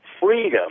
freedom